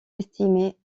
estimée